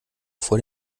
vor